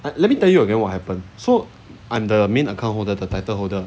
let me tell you again what happen so under a main account holder the title holder